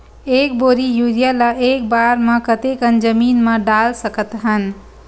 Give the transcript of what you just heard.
एक बोरी यूरिया ल एक बार म कते कन जमीन म डाल सकत हन?